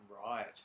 Right